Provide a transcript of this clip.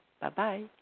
Bye-bye